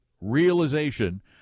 realization